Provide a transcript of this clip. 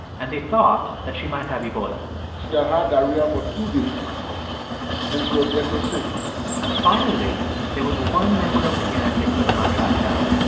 and they thought that she might have ebola she ah had had diarrhea for two days and she was getting sick finally, there was one member of the gang they could not track down.